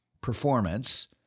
performance—